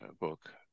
book